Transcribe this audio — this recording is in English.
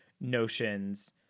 notions